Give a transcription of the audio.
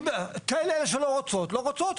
תן לאלה שלא רוצות לא רוצות,